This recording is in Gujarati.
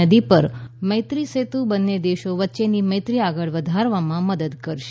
નદી પર મૈત્રી સેતુ બંને દેશો વચ્ચેની મૈત્રી આગળ વધારવામાં મદદ કરશે